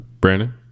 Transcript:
Brandon